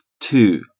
two